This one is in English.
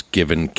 Given